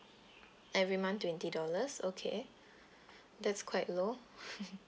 every month twenty dollars okay that's quite low